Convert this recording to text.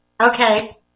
Okay